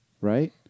right